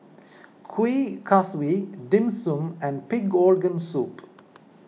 Kuih Kaswi Dim Sum and Pig Organ Soup